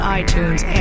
itunes